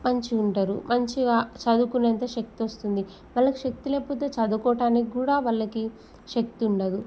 మంచిగా ఉంటారు మంచిగా చదువుకునే అంత శక్తీ వస్తుంది వాళ్ళకి శక్తీ లేకపోతే చదువుకోవటానికి కూడా వాళ్ళకి శక్తీ ఉండదు